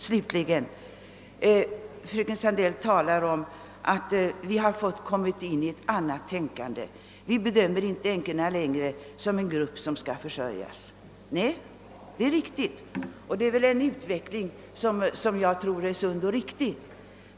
Slutligen: fröken Sandell talar om att vi kommit in i ett annat tänkande; vi bedömer inte längre änkorna som en grupp som skall försörjas. Nej, det är riktigt, och det är en utveckling som enligt min uppfattning är sund och riktig.